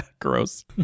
gross